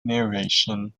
narration